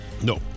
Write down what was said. No